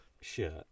shirt